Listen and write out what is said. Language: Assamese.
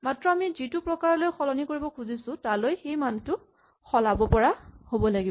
মাত্ৰ আমি যিটো প্ৰকাৰলৈ সলাব খুজিছো তালৈ সেই মানটো সলাব পৰা হ'ব লাগিব